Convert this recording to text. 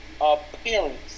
appearance